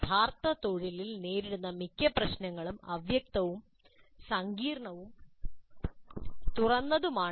യഥാർത്ഥ തൊഴിലിൽ നേരിടുന്ന മിക്ക പ്രശ്നങ്ങളും അവ്യക്തവും തുറന്നതും സങ്കീർണ്ണവുമാണ്